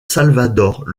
salvador